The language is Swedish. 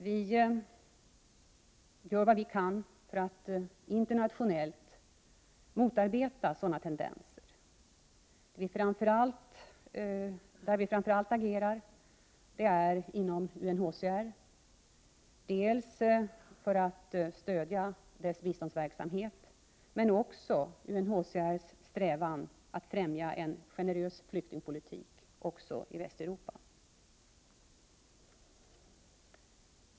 Vi gör vad vi kan för att internationellt motarbeta sådana tendenser. Vi agerar framför allt inom UNHCR för att stödja dels dess biståndsverksamhet, dels dess strävan att främja en generös flyktingpolitik också i Västeuropa.